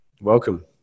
Welcome